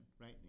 right